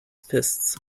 fists